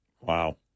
Wow